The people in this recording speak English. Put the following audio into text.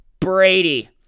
Brady